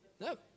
No